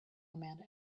amanda